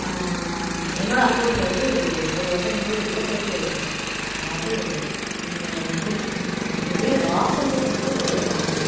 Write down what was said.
என்னோடய அனுபவத்தில் வந்து ஒரு வருடம் வந்து வெள்ளப்பெருக்கே ஏற்பட்டிருக்கு அதாவது எங்க ஊர் எங்க வீடு வாசல்லையே வந்துட்டு வெள்ளப்பெருக்கு